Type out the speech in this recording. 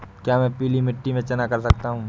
क्या मैं पीली मिट्टी में चना कर सकता हूँ?